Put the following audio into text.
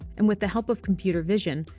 and with the help of computer vision,